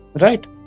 Right